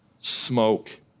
smoke